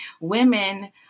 women